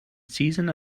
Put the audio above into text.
season